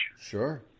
Sure